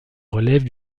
relève